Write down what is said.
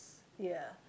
ya